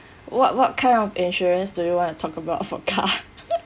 what what kind of insurance do you want to talk about for car